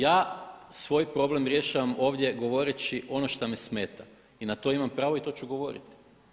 Ja svoj problem rješavam ovdje govoreći ono što me smeta i na to imam pravo i to ću govoriti.